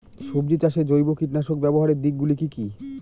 সবজি চাষে জৈব কীটনাশক ব্যাবহারের দিক গুলি কি কী?